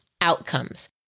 outcomes